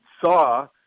saw